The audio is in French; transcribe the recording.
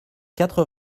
quatre